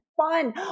fun